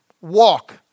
walk